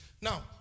Now